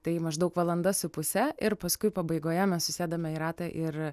tai maždaug valanda su puse ir paskui pabaigoje mes susėdame į ratą ir